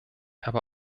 aber